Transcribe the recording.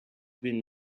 been